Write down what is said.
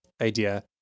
idea